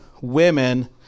women